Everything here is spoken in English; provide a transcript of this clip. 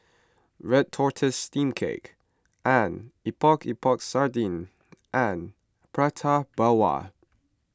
Red Tortoise Steamed Cake and Epok Epok Sardin and Prata Bawang